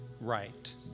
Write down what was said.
right